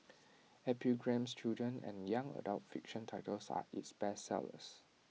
epigram's children and young adult fiction titles are its bestsellers